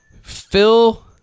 Phil